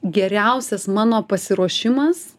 geriausias mano pasiruošimas